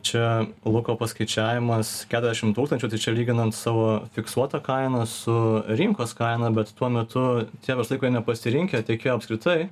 čia luko paskaičiavimas keliasdešim tūkstančių tai čia lyginant savo fiksuotą kainą su rinkos kaina bet tuo metu tie verslai kurie nepasirinkę tiekėjo apskritai